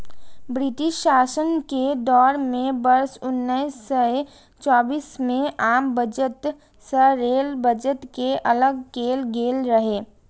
British शासन के दौर मे वर्ष उन्नैस सय चौबीस मे आम बजट सं रेल बजट कें अलग कैल गेल रहै